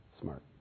smart